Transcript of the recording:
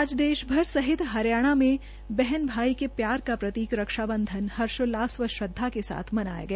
आज देशभर सहित हरियाणा में बहन भाई के प्यार का प्रतीक रक्षाबंधन हर्षोल्लास व श्रद्वा से मनाया गया